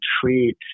treat